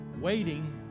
waiting